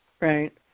right